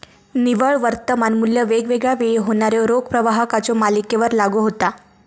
निव्वळ वर्तमान मू्ल्य वेगवेगळा वेळी होणाऱ्यो रोख प्रवाहाच्यो मालिकेवर लागू होता